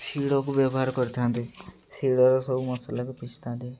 ଶିଳକୁ ବ୍ୟବହାର କରିଥାନ୍ତି ଶିଳର ସବୁ ମସଲାକୁ ପେଷି ଥାଆନ୍ତି